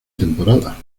temporada